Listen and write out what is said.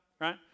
right